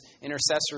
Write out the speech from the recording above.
intercessory